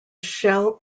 shell